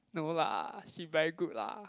no lah she very good lah